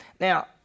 Now